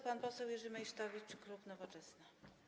Pan poseł Jerzy Meysztowicz, klub Nowoczesna.